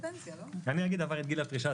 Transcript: אני אגיד: עבר את גיל הפרישה,